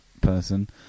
person